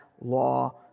law